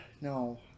no